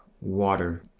water